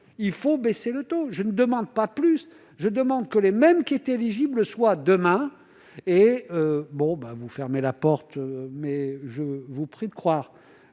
il faut baisser le taux, je ne demande pas plus, je demande que les mêmes qui est éligible, soit demain et bon bah vous fermez la porte, mais je vous prie de croire